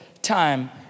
time